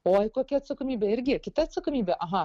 oi kokia atsakomybė irgi kita atsakomybė aha